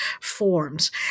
forms